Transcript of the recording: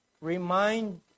remind